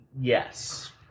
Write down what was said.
Yes